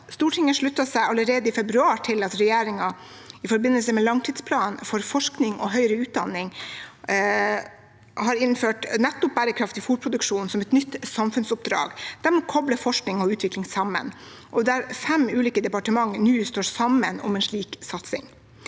Stortinget sluttet seg allerede i februar til at regjeringen, i forbindelse med langtidsplanen for forskning og høyere utdanning, innfører bærekraftig fôrproduksjon som et nytt samfunnsoppdrag. Det kobler forskning og utvikling sammen, og det er fem ulike departementer som nå står sammen om en slik satsing.